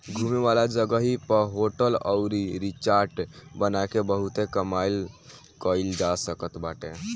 घूमे वाला जगही पअ होटल अउरी रिजार्ट बना के बहुते कमाई कईल जा सकत बाटे